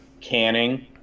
canning